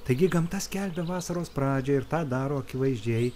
taigi gamta skelbia vasaros pradžią ir tą daro akivaizdžiai